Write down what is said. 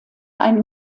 einen